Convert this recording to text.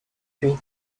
puits